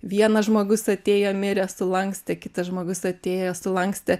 vienas žmogus atėjo mirė sulankstė kitas žmogus atėjo sulankstė